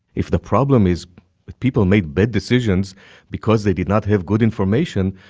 if the problem is people made bad decisions because they did not have good information,